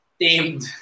tamed